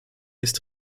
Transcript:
ist